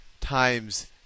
times